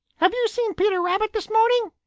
have you seen peter rabbit this morning?